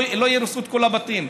לא יהרסו את כל הבתים.